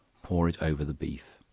pour it over the beef.